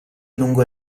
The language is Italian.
lungo